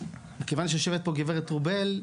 מכיוון שיושבת פה הגברת רובל,